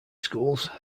schools